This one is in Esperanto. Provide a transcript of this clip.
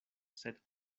sed